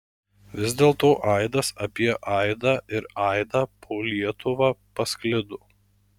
vis dėlto aidas apie aidą ir aidą po lietuvą pasklido